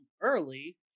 early